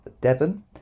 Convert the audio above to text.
Devon